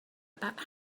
about